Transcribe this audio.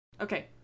Okay